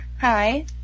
Hi